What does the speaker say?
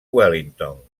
wellington